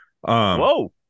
whoa